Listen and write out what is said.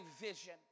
vision